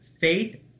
Faith